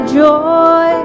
joy